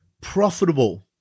profitable